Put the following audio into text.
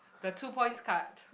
the two points card